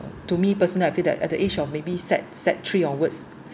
to me personal I feel that at the age of maybe sec sec three onwards